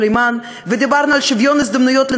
ואז הם מבינים שאין שוויון הזדמנויות.